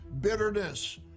bitterness